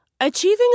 Achieving